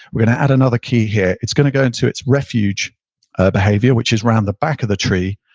we're going to add another key here. it's going to go into its refuge ah behavior, which around the back of the tree.